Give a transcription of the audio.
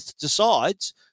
decides